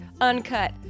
uncut